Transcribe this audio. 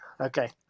okay